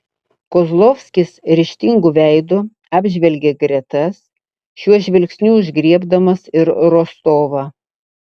kozlovskis ryžtingu veidu apžvelgė gretas šiuo žvilgsniu užgriebdamas ir rostovą